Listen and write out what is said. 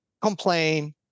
complain